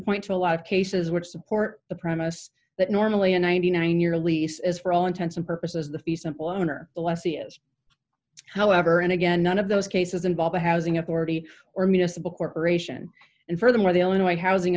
point to a lot of cases which support the premise that normally a ninety nine year lease is for all intents and purposes the fee simple honor the lessee is however and again none of those cases involve a housing authority or municipal corporation and furthermore the only way housing